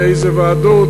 באיזה ועדות,